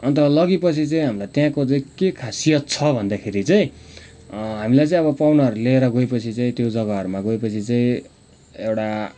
अन्त लगेपछि चाहिँ हामीलाई त्यहाँको चाहिँ के खासियात छ भन्दाखेरि चाहिँ हामीलाई चाहिँ अब पाहुनाहरू लिएर गएपछि चाहिँ त्यो जग्गाहरूमा गएपछि चाहिँ एउटा